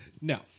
No